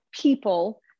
people